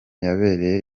yabereye